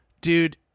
Dude